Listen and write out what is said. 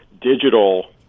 digital